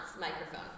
microphone